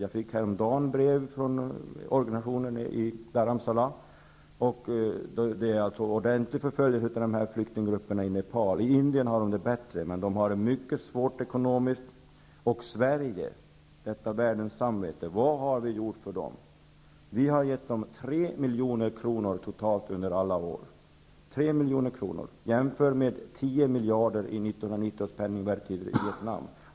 Jag fick häromdagen brev från organisationen där, som berättar om ordentlig förföljelse av dessa flyktinggrupper i Nepal. I Indien har flyktingarna det bättre, men de har det mycket svårt ekonomiskt. Vad har Sverige, detta världens samvete, gjort för dem? Vi har gett dem 3 milj.kr. totalt under alla år. Jämför detta med 10 miljarder i 1990 års penningvärde till Vietnam.